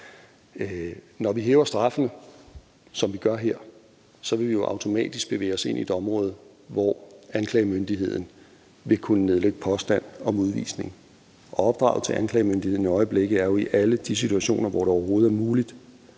Når vi hæver straffen, som vi gør her, vil vi jo automatisk bevæge os ind i et område, hvor anklagemyndigheden vil kunne nedlægge påstand om udvisning, og opdraget til anklagemyndigheden i øjeblikket er jo, at i alle de situationer, hvor det overhovedet er muligt